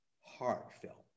heartfelt